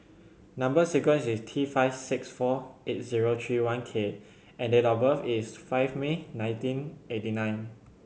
number sequence is T five six four eight zero three one K and date of birth is five May nineteen eighty nine